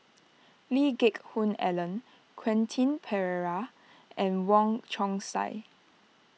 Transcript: Lee Geck Hoon Ellen Quentin Pereira and Wong Chong Sai